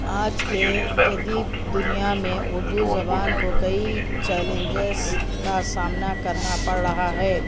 آج کے جدید دنیا میں اردو زبان کو کئی چیلنجز کا سامنا کرنا پڑ رہا ہے